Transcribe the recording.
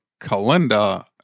Kalinda